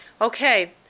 okay